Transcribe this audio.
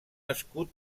escut